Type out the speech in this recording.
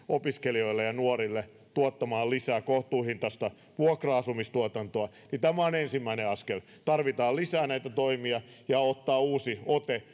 opiskelijoille ja nuorille tuottamaan lisää kohtuuhintaista vuokra asumistuotantoa on ensimmäinen askel tarvitaan lisää näitä toimia ja uusi ote